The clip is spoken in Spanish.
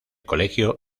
colegio